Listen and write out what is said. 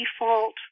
default